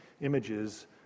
images